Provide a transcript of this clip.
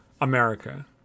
America